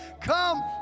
come